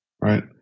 right